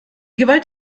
gewalt